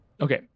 okay